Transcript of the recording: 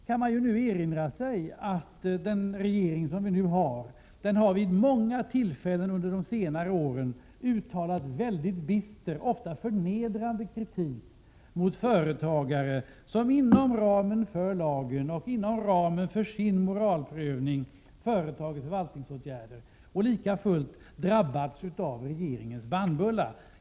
Man kan då erinra sig att den nuvarande regeringen vid flera tillfällen under de senare åren har riktat mycket bister och ofta förnedrande kritik mot företagare som har företagit förvaltningsåtgärder inom ramen för lagen och inom ramen för sin moralprövning. De har likafullt drabbats av regeringens bannbulla.